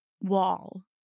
wall